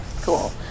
Cool